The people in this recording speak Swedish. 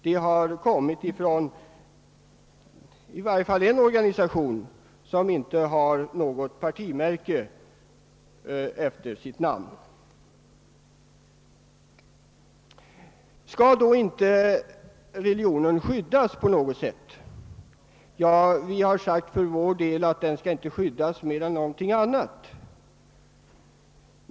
Den har drivits av i varje fall en organisation, som inte sätter någon partibeteckning efter sitt namn. Skall då inte religionen skyddas på något sätt? Vi har för vår del sagt att den inte skall skyddas mer än någonting annat.